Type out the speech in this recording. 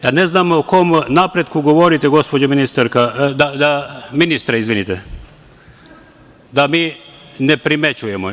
Ja ne znam o kom napretku govorite, gospođo ministarka, ministre, izvinite, da mi ne primećujemo.